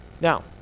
Now